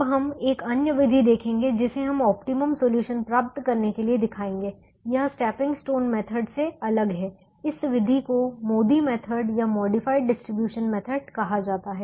अब हम एक अन्य विधि देखेंगे जिसे हम ऑप्टिमम सॉल्यूशन प्राप्त करने के लिए दिखाएंगे यह स्टेपिंग स्टोन मेथड से अलग है इस विधि को MODI मेथड या मॉडिफाइड डिस्ट्रीब्यूशन मेथड कहा जाता है